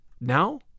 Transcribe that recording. now